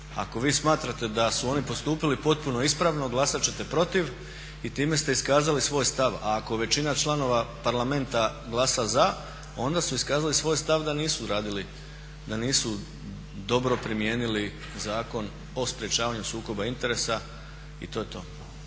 Ako vi smatrate da su oni postupili potpuno ispravno glasat ćete protiv i time ste iskazali svoj stav. Ako većina članova Parlamenta glasa za, onda su iskazali svoj stav da nisu dobro primijenili Zakon o sprečavanju sukoba interesa i to je to.